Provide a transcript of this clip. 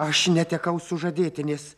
aš netekau sužadėtinės